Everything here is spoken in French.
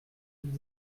mille